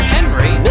Henry